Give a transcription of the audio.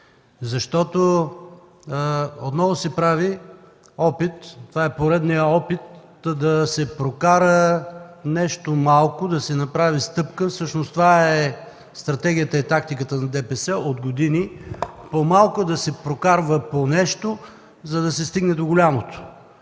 ми. Отново се прави опит, поредният опит да се прокара нещо малко, да се направи стъпка. Всъщност това е стратегията и тактиката на ДПС от години, по малко да се прокарва по нещо, за да се стигне до голямото.